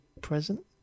present